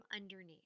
underneath